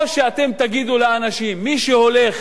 או שאתם תגידו לאנשים: מי שהולך